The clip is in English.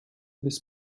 this